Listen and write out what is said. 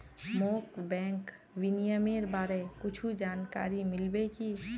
मोक बैंक विनियमनेर बारे कुछु जानकारी मिल्बे की